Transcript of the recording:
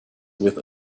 with